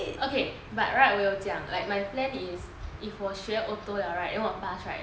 okay but right 我有讲 like my plan is if 我学 auto 了 right then 我 pass right